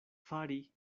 fari